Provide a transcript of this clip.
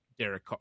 Derek